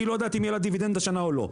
היא לא יודעת אם יהיה לה דיבידנד השנה או לא.